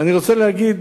אני רוצה להגיד